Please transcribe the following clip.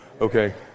Okay